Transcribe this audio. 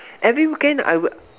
every weekend I would